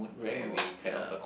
rank mode ya